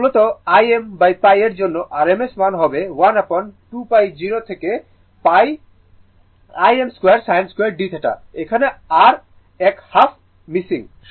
মূলত Im π এর জন্য RMS মান হবে 1 upon 2π0 থেকে rπIm2sin2dθ এখানে r এক হাফ অনুপস্থিত